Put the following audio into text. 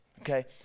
okay